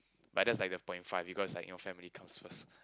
but that's like the point five because like you know family comes first